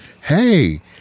hey